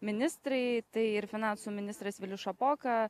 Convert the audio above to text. ministrai tai ir finansų ministras vilius šapoka